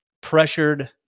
pressured